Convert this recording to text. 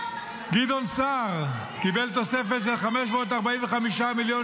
גדעון סער קיבל תוספת של 545 מיליון